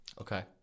Okay